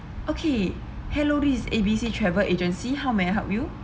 okay hello this is A B C travel agency how may I help you